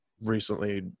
recently